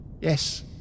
Yes